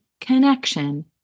connection